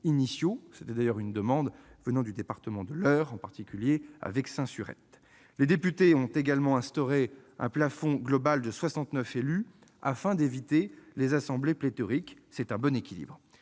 s'agissait d'une demande venant du département de l'Eure, en particulier de Vexin-sur-Epte. Les députés ont également instauré un plafond global de 69 élus afin d'éviter les assemblées pléthoriques. C'est un bon équilibre.